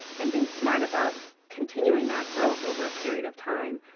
and being smart about continuing that growth over a period of time.